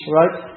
right